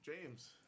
James